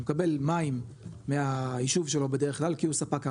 הוא מקבל מים מהיישוב שלו בדרך כלל כי הוא ספק המים,